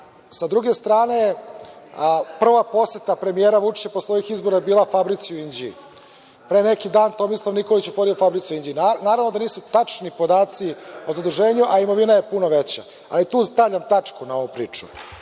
druge strane, prva poseta premijera Vučića, posle ovih izbora je bila fabrici u Inđiji. Pre neki dan Tomislav Nikolić je otvorio fabriku u Inđiji. Naravno da nisu tačni podaci o zaduženju, ali imovina je puno veća, a i tu stavljam tačku na ovu priču. Ono